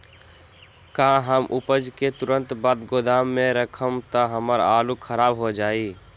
का हम उपज के तुरंत बाद गोदाम में रखम त हमार आलू खराब हो जाइ?